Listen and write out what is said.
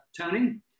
Tony